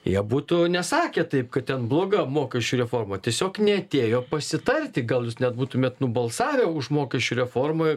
jie būtų nesakę taip kad ten bloga mokesčių reforma tiesiog knietėjo pasitarti gal jūs nebūtumėt nubalsavę už mokesčių reformą